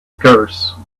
curse